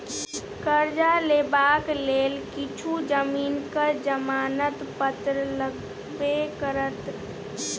करजा लेबाक लेल किछु जमीनक जमानत पत्र लगबे करत